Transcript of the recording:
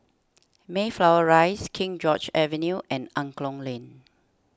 Mayflower Rise King George's Avenue and Angklong Lane